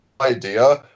idea